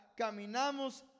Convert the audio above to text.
caminamos